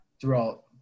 throughout